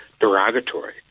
derogatory